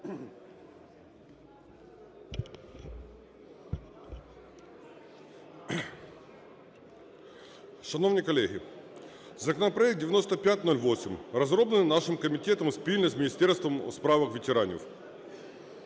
Шановні колеги! Законопроект 9508 розроблений нашим комітетом спільно з Міністерством у справах ветеранів.